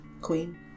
Queen